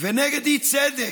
ונגד אי-צדק.